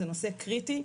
זה נושא קריטי,